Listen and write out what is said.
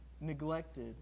neglected